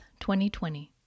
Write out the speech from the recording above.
2020